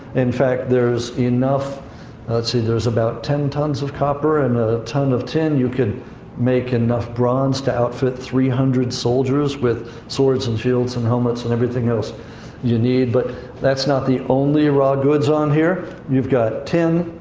in fact, there's enough let's see, there's about ten tons of copper and a ton of tin. you could make enough bronze to outfit three hundred soldiers with swords and shields and helmets and everything else you need. but that's not the only raw goods on here. you've got tin.